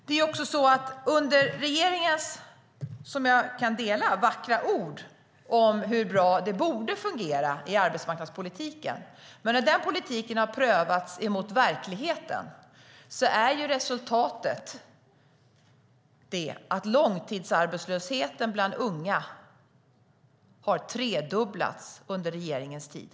När regeringens vackra ord - som jag kan dela - om hur bra det borde fungera i arbetsmarknadspolitiken prövas mot verkligheten har ju resultatet blivit att långtidsarbetslösheten bland unga har tredubblats under regeringens tid.